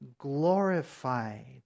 glorified